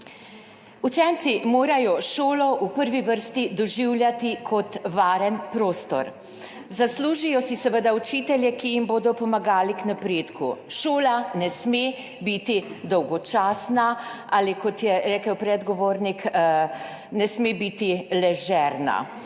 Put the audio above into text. Učenci morajo šolo v prvi vrsti doživljati kot varen prostor. Zaslužijo si seveda učitelje, ki jim bodo pomagali pri napredku. Šola ne sme biti dolgočasna ali, kot je rekel predgovornik, ne sme biti ležerna